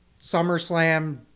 SummerSlam